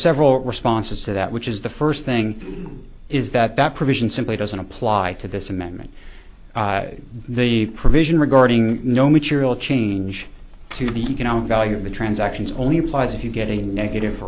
several responses to that which is the first thing is that that provision simply doesn't apply to this amendment the provision regarding no material change to the economic value of the transactions only applies if you get a negative